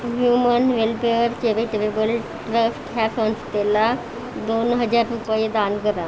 human welfare charitable trust ह्या संस्थेला दोन हजार रुपये दान करा